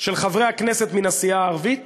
של חברי הכנסת מן הסיעה הערבית